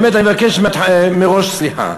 באמת, אני מבקש מראש סליחה